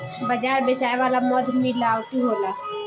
बाजार बेचाए वाला मध मिलावटी होला